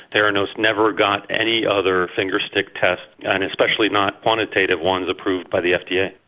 theranos never got any other finger-stick test, and especially not quantitative ones, approved by the fda. yeah